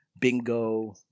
Bingo